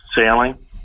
sailing